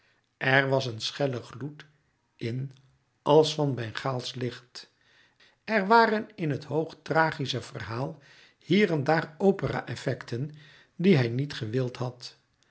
er was een schelle gloed in als van een bengaalsch licht er waren in het hoog tragische verhaal hier en daar opera effecten die hij niet gewild had